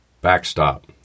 backstop